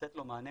ולתת לו מענה,